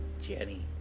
Jenny